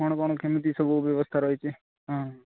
କ'ଣ କ'ଣ କେମିତି ସବୁ ବ୍ୟବସ୍ତା ରହିଛି ହଁ